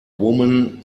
woman